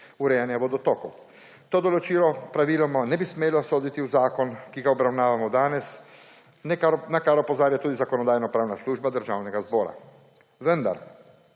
urejanja vodotokov. To določilo praviloma ne bi smelo soditi v zakon, ki ga obravnavamo danes, na kar opozarja tudi Zakonodajno-pravna služba Državnega zbora. Vendar